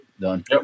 done